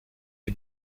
est